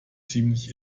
ziemlich